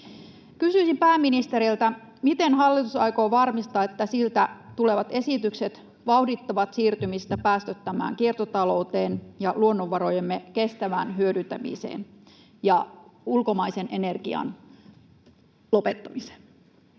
Kysyisin pääministeriltä: miten hallitus aikoo varmistaa, että siltä tulevat esitykset vauhdittavat siirtymistä päästöttömään kiertotalouteen ja luonnonvarojemme kestävään hyödyntämiseen ja ulkomaisen energian lopettamiseen?